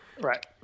Right